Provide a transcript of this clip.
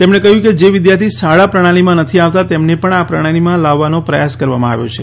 તેમણે કહ્યું કે જે વિદ્યાર્થી શાળા પ્રણાલીમાં નથી આવતા તેમને પણ આ પ્રણાલીમાં લાવવાનો પ્રયાસ કરવામાં આવ્યો છે